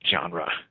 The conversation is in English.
genre